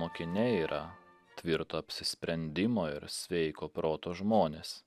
mokiniai yra tvirto apsisprendimo ir sveiko proto žmonės